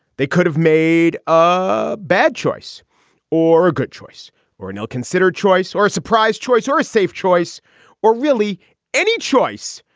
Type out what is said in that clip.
they could have made a bad choice or a good choice or an ill considered choice or a surprise choice or a safe choice or really any choice.